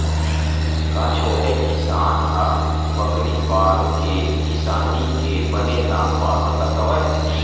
का छोटे किसान ह बकरी पाल के किसानी के बने दाम पा सकत हवय?